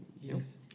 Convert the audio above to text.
yes